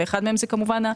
ואחד מהם זה כמובן ההאטה.